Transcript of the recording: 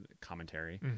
commentary